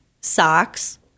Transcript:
socks